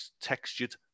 textured